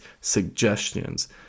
suggestions